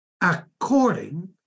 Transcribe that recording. according